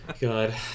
God